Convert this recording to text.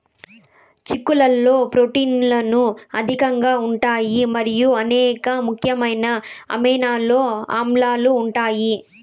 చిక్కుళ్లలో ప్రోటీన్లు అధికంగా ఉంటాయి మరియు అనేక ముఖ్యమైన అమైనో ఆమ్లాలు ఉంటాయి